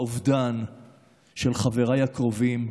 האובדן של חבריי הקרובים,